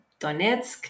Donetsk